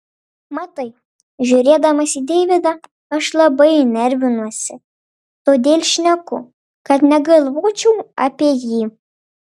matai žiūrėdamas į deividą aš labai nervinuosi todėl šneku kad negalvočiau apie jį